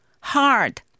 Hard